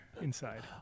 inside